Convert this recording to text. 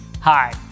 Hi